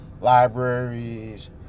libraries